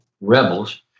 rebels